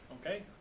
Okay